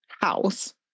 house